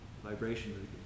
vibration